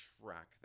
track